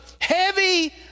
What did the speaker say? heavy